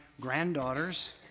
granddaughters